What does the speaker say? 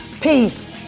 Peace